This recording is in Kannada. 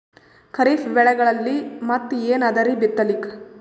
ಖರೀಫ್ ಬೆಳೆಗಳಲ್ಲಿ ಮತ್ ಏನ್ ಅದರೀ ಬಿತ್ತಲಿಕ್?